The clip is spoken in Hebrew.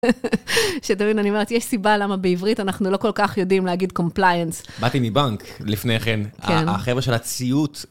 שתבין, אני אומרת, יש סיבה למה בעברית אנחנו לא כל כך יודעים להגיד compliance. באתי מבנק לפני כן, החבר'ה של הציות.